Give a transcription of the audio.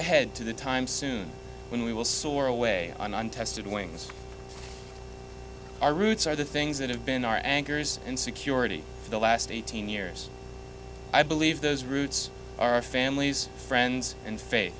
ahead to the time soon when we will soar away on untested wings our roots are the things that have been our anchors and security for the last eighteen years i believe those roots are families friends and fa